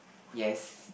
yes